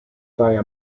via